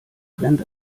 rennt